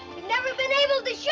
never been able to